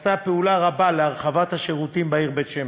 נעשתה פעולה רבה להרחבת השירותים בעיר בית-שמש.